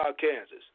Kansas